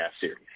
series